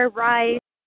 rice